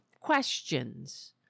questions